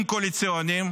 מהכספים הקואליציוניים